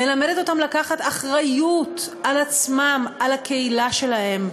מלמדת אותם לקחת אחריות על עצמם, על הקהילה שלהם,